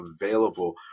available